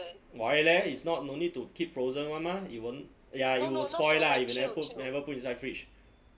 why leh is not no need to keep frozen [one] mah it wo~ ya it will spoil lah if you never put inside fridge